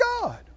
God